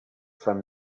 from